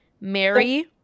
Mary